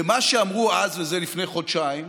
ומה שאמרו אז, זה לפני חודשיים: